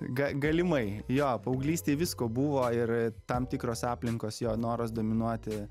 ga galimai jo paauglystėj visko buvo ir tam tikros aplinkos jo noras dominuoti